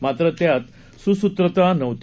मात्र त्यातसुसूत्रतानव्हती